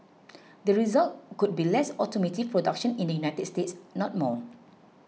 the result could be less automotive production in the United States not more